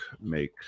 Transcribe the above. make